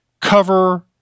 cover